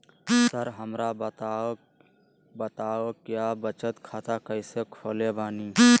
Sir हमरा बताओ क्या बचत खाता कैसे खोले बानी?